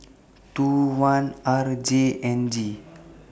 two one R J N G